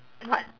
what